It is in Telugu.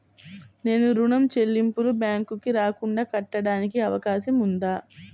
నేను ఋణం చెల్లింపులు బ్యాంకుకి రాకుండా కట్టడానికి అవకాశం ఉందా?